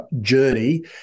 journey